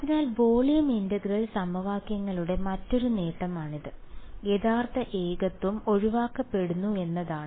അതിനാൽ volume integral സമവാക്യങ്ങളുടെ മറ്റൊരു നേട്ടമാണിത് യഥാർത്ഥ ഏകത്വം ഒഴിവാക്കപ്പെടുന്നു എന്നതാണ്